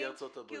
נשיא ארצות הברית.